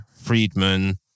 Friedman